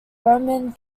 roman